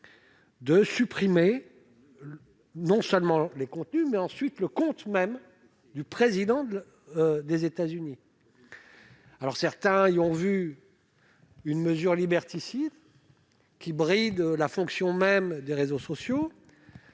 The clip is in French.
de supprimer non seulement les contenus, mais aussi le compte lui-même du président des États-Unis. Certains y ont vu une mesure liberticide, qui bridait la fonction même des réseaux sociaux